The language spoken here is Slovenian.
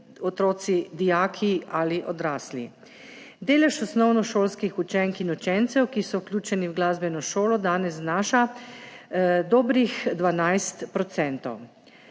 otroci, dijaki ali odrasli. Delež osnovnošolskih učenk in učencev, ki so vključeni v glasbeno šolo, danes znaša dobrih 12 %.